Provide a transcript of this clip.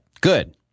Good